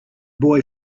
boy